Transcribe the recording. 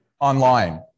online